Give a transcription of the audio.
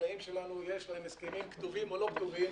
שלחקלאים שלנו יש הסכמים כתובים או לא כתובים